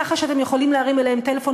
ככה שאתם יכולים להרים אליהם טלפון